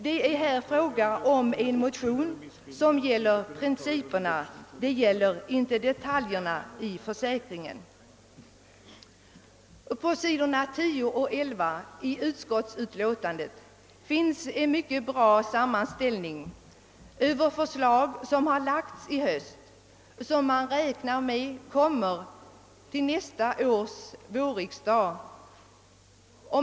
Det är här fråga om en motion som gäller principerna i försäkringen och inte detaljerna. På sidorna 10 och 11 i utskottsutlåtandet finns en mycket bra sammanställning över förslag som har framlagts i höst eller som man räknar med skall föreläggas nästa års vårriksdag.